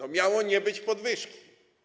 A miało nie być podwyżki.